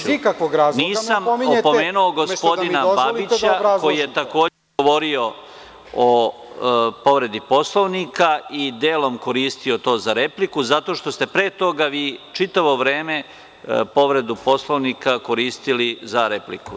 Gospodine Stefanoviću, nisam opomenuo gospodina Babića, koji je takođe govorio o povredi Poslovnika i delom koristio to za repliku, zato što ste pre toga vi čitavo vreme povredu Poslovnika koristili za repliku.